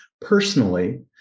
personally